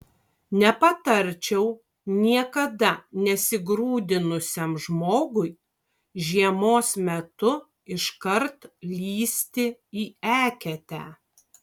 nepatarčiau niekada nesigrūdinusiam žmogui žiemos metu iškart lįsti į eketę